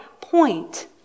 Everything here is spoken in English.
point